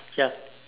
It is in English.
ya